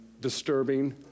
disturbing